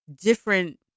different